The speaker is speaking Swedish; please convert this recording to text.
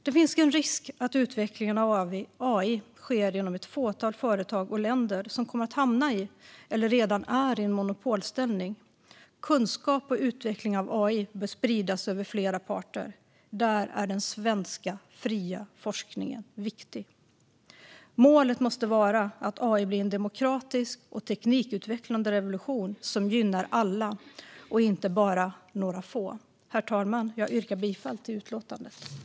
Det finns en risk att utvecklingen av AI sker inom ett fåtal företag och länder som kommer att hamna i eller redan är i en monopolställning. Kunskap och utveckling av AI bör spridas över flera parter. Där är den svenska fria forskningen viktig. Målet måste vara att AI blir en demokratisk och teknikutvecklande revolution som gynnar alla och inte bara några få. Herr talman! Jag yrkar bifall till förslaget till beslut i utlåtandet.